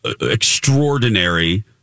extraordinary